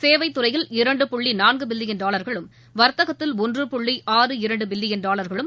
சேவைத்துறையில் இரண்டு புள்ளி நான்கு பில்லியன் டாலர்களும் வர்த்தகத்தில் ஒன்று புள்ளி ஆறு இரண்டு பில்லியன் டாலர்களும்